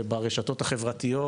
וברשתות החברתיות,